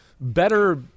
better –